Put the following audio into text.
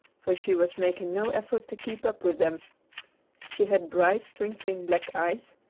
for she was making no effort to keep up with them she had bright, twinkling black eyes,